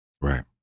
Right